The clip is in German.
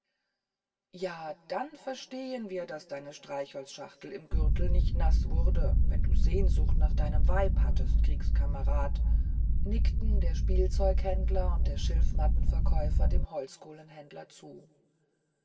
ja dann verstehen wir daß deine streichholzschachtel im gürtel nicht naß wurde wenn du sehnsucht nach deinem weib hattest kriegskamerad nickten der spielzeughändler und der schilfmattenverkäufer dem holzkohlenhändler zu